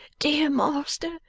dear master.